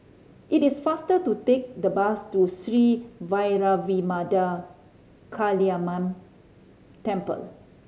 it is faster to take the bus to Sri Vairavimada Kaliamman Temple